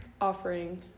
offering